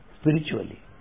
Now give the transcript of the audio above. spiritually